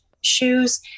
shoes